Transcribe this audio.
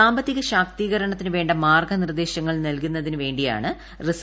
സാമ്പത്തിക ശാക്തീകരണത്തിന് വേണ്ട മാർഗ്ഗനിർദ്ദേശങ്ങൾ നൽകുന്നതിനുവേണ്ടിയാണ് ആർ